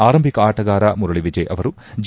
ಆರಂಭಿಕ ಆಟಗಾರ ಮುರಳಿ ವಿಜಯ ಅವರು ಜೆ